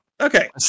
Okay